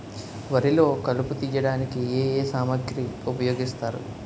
వరిలో కలుపు తియ్యడానికి ఏ ఏ సామాగ్రి ఉపయోగిస్తారు?